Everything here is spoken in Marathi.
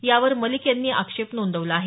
यावर मलिक यांनी आक्षेप नोंदवला आहे